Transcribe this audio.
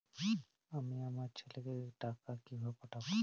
আমি আমার ছেলেকে টাকা কিভাবে পাঠাব?